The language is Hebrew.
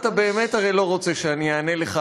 אתה באמת הרי לא רוצה שאני אענה לך,